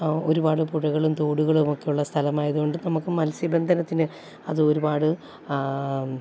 ഒരുപാട് പുഴകളും തോടുകളും ഒക്കെ ഉള്ള സ്ഥലമായതുകൊണ്ട് നമുക്ക് മത്സ്യബന്ധനത്തിന് അത് ഒരുപാട്